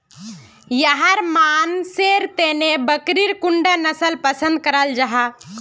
याहर मानसेर तने बकरीर कुंडा नसल पसंद कराल जाहा?